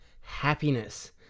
happiness